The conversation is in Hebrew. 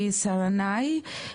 היא סרנאי,